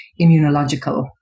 immunological